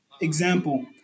Example